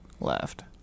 left